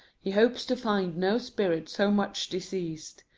he hopes to find no spirit so much diseased,